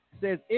says